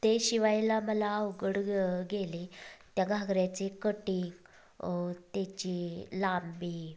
ते शिवायला मला अवघड ग गेले त्या घागऱ्याचे कटिंग त्याची लांबी